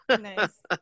Nice